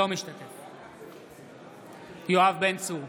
אינו משתתף בהצבעה יואב בן צור,